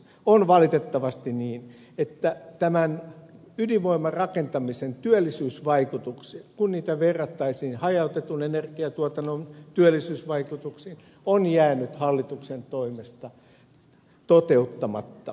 on valitettavasti niin että ydinvoimarakentamisen työllisyysvaikutukset kun niitä verrataan hajautetun energiantuotannon työllisyysvaikutuksiin ovat jääneet hallituksen toimesta toteuttamatta ja selvittämättä